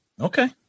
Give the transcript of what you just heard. Okay